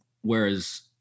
whereas